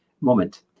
moment